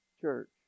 church